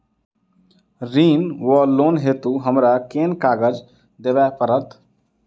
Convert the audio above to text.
ऋण वा लोन हेतु हमरा केँ कागज देबै पड़त?